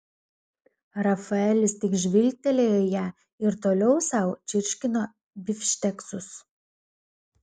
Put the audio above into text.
rafaelis tik žvilgtelėjo į ją ir toliau sau čirškino bifšteksus